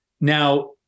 now